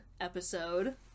episode